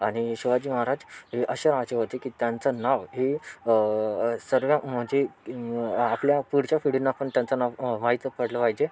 आणि शिवाजी महाराज हे असे राजे होते की त्यांचं नाव हे सर्व म्हणजे आपल्या पुढच्या पिढींना पण त्यांचं नाव माहीत पडलं पाहिजे